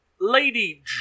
Lady